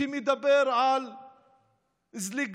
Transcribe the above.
שמדבר על זליגה,